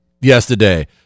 yesterday